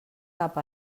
cap